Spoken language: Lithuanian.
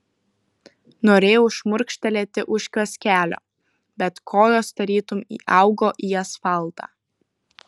norėjau šmurkštelėti už kioskelio bet kojos tarytum įaugo į asfaltą